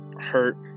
hurt